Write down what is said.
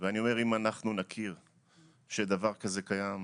אני אומר שאם אנחנו נכיר שדבר כזה קיים,